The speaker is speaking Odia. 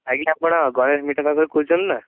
ଆଜ୍ଞା ଆପଣ ଗଣେଶ ମିଠା ଦୋକାନରୁ କହୁଛନ୍ ନା